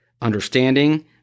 understanding